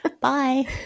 Bye